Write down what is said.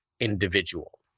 individual